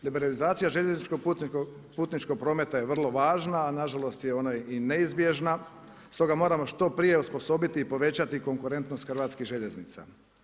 Liberalizacija željezničkog putničkog prometa je vrlo važna, a nažalost je ona i neizbježna stoga moramo što prije osposobiti i povećati konkurentnost hrvatskih željeznica.